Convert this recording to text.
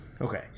Okay